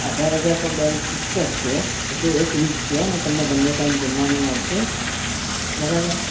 અઢાર હજાર તો બેન ફિક્સ જ છે એક વિક છે અને તમને બંને ટાઈમ જમવાનું મળશે બરાબર